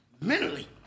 Mentally